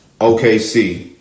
OKC